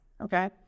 Okay